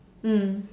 mm